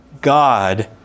God